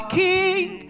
king